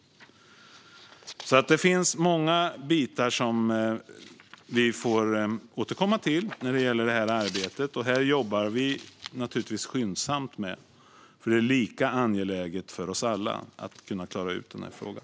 Det finns alltså många bitar som vi får återkomma till när det gäller det här arbetet, och vi jobbar naturligtvis skyndsamt. Det är ju lika angeläget för oss alla att kunna klara ut den här frågan.